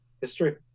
history